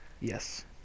Yes